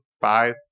Five